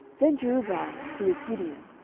then jerubbaal, who is gideon,